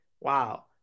wow